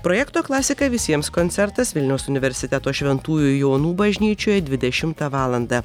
projekto klasika visiems koncertas vilniaus universiteto šventųjų jonų bažnyčioje dvidešimtą valandą